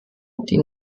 die